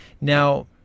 Now